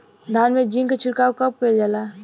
धान में जिंक क छिड़काव कब कइल जाला?